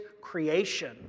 creation